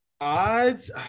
Odds